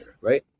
right